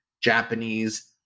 japanese